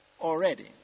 already